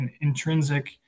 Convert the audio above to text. intrinsic